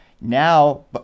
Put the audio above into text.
Now